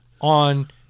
on